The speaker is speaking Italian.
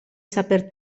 saper